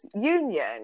union